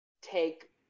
take